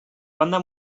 banda